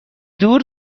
دور